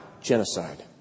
genocide